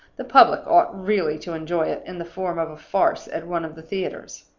the public ought really to enjoy it in the form of a farce at one of the theaters.